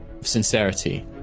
sincerity